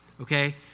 okay